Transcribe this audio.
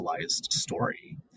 story